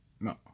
no